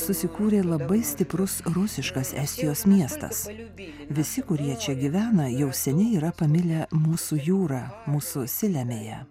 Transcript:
susikūrė labai stiprus rusiškas estijos miestas visi kurie čia gyvena jau seniai yra pamilę mūsų jūrą mūsų silemeją